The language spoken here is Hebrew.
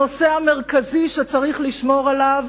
הנושא המרכזי שצריך לשמור עליו,